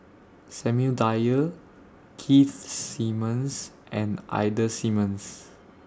Samuel Dyer Keith Simmons and Ida Simmons